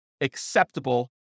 acceptable